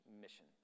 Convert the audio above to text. mission